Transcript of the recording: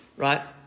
Right